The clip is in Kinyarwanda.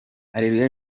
areruya